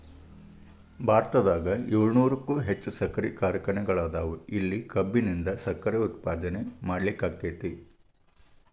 ಭಾರತದಾಗ ಏಳುನೂರಕ್ಕು ಹೆಚ್ಚ್ ಸಕ್ಕರಿ ಕಾರ್ಖಾನೆಗಳದಾವ, ಇಲ್ಲಿ ಕಬ್ಬಿನಿಂದ ಸಕ್ಕರೆ ಉತ್ಪಾದನೆ ಮಾಡ್ಲಾಕ್ಕೆತಿ